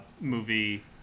movie